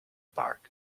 park